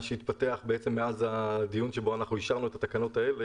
מה שהתפתח מאז הדיון שבו אנחנו אישרנו את התקנות האלה